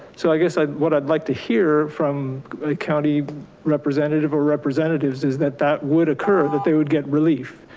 so i guess i what i'd like to hear from county representatives representatives is that that would occur that they would get relief.